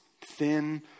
thin